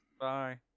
Bye